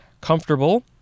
Comfortable